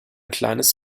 kleines